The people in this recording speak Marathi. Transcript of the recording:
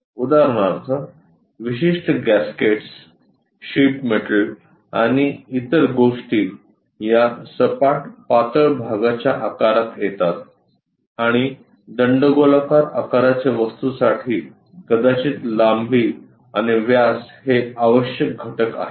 उदाहरणार्थ विशिष्ट गॅस्केट्स शीट मेटल आणि इतर गोष्टी या सपाट पातळ भागाच्या आकारात येतात आणि दंडगोलाकार आकाराच्या वस्तूसाठी कदाचित लांबी आणि व्यास हे आवश्यक घटक आहेत